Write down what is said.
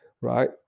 right